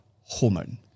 hormone